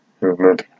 movement